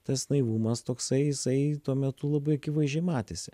tas naivumas toksai jisai tuo metu labai akivaizdžiai matėsi